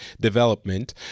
development